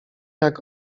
jak